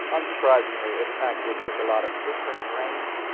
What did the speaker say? unsurprisingly, it actually took a lot of different brains,